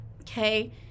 okay